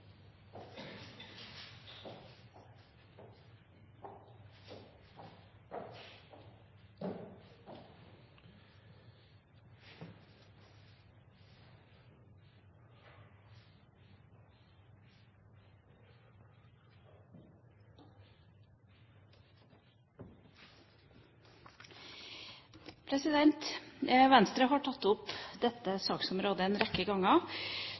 alle. Venstre har tatt opp dette saksområdet en rekke